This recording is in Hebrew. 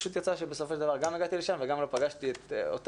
פשוט יצא שהגעתי לשם ולא פגשתי אותם.